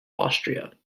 austria